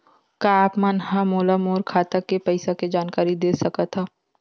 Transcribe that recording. का आप मन ह मोला मोर खाता के पईसा के जानकारी दे सकथव?